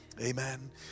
Amen